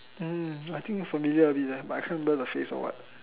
oh I think familiar a bit ah but I can't remember the face or what